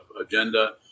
agenda